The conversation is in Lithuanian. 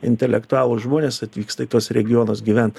intelektualūs žmonės atvyksta į tuos regionus gyvent